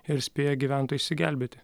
ir spėja gyventojai išsigelbėti